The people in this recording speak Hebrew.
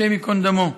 השם ייקום דמו.